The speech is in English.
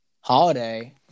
holiday